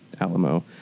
Alamo